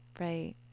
right